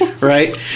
Right